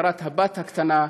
הפקרת הבת הקטנה,